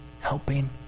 helping